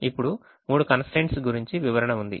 ఇప్పుడు మూడు constraints గురించి వివరణ ఉంది